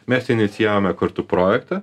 mes inicijavome kartu projektą